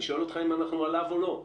אני שואל אותך אם אנחנו עליו או לא.